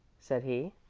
said he.